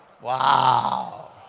Wow